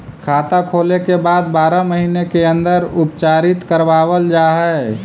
खाता खोले के बाद बारह महिने के अंदर उपचारित करवावल जा है?